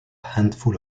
handful